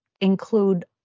include